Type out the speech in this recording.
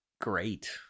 great